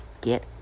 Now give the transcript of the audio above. Get